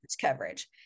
coverage